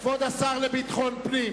כבוד השר לביטחון פנים,